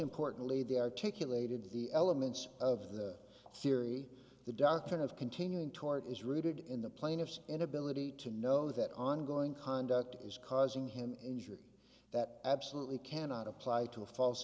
importantly they articulated the elements of the theory the doctrine of continuing tort is rooted in the plaintiff's inability to know that ongoing conduct is causing him injury that absolutely cannot apply to a false